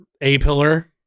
A-pillar